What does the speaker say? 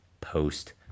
post